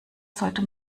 sollte